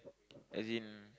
as in